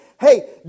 Hey